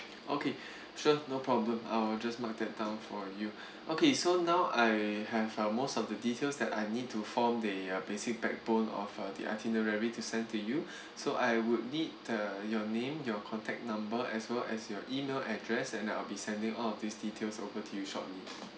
okay sure no problem I'll just mark that down for you okay so now I have uh most of the details that I need to form a uh basic backbone of the itinerary to send to you so I would need uh your name your contact number as well as your email address and then I'll be sending all of these details over to you shortly